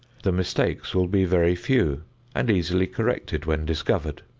the mistakes will be very few and easily corrected when discovered.